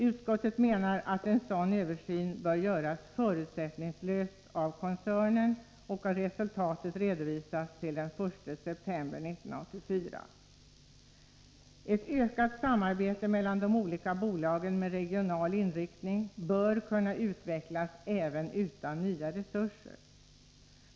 Utskottet menar att en sådan översyn bör göras förutsättningslöst av koncernen och resultatet redovisas till den 1 september 1984. Ett ökat samarbete mellan de olika bolagen med regional inriktning bör kunna utvecklas även utan nya resurser.